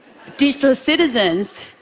digital citizens,